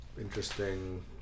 Interesting